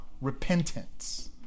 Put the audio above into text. repentance